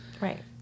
Right